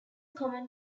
common